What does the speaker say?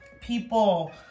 people